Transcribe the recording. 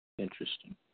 Interesting